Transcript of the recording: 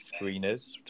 screeners